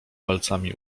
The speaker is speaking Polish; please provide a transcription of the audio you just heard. palcami